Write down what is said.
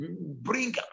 bring